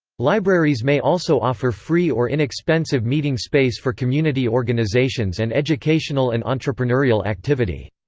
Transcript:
libraries may also offer free or inexpensive meeting space for community organizations and educational and entrepreneurial activity.